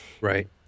Right